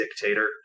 dictator